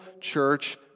church